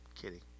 kidding